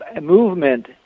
movement